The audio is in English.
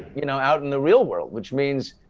you know, out in the real world, which means,